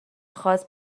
خاص